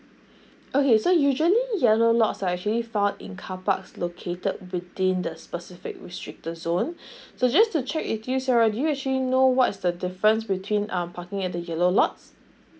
okay so usually yellow lots are actually found in carparks located between the specific restricted zone so just to check with you sarah do you actually know what's the difference between um parking at the yellow lots